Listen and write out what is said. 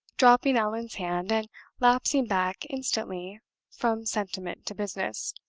dropping allan's hand, and lapsing back instantly from sentiment to business,